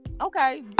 okay